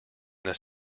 this